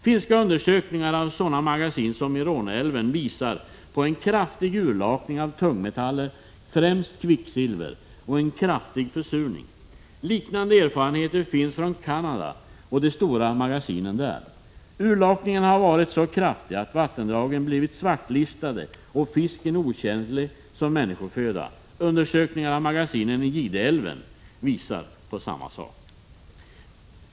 Finska undersökningar av sådana magasin som i Råneälven visar på en kraftig urlakning av tungmetaller, främst kvicksilver, och en kraftig försurning. Liknande erfarenheter finns från Canada och de stora magasinen där. Urlakningen har varit så kraftig att vattendragen blivit svartlistade och fisken otjänlig som människoföda. Undersökningar av magasin i Gideälven visar på samma sak.